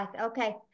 okay